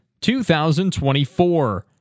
2024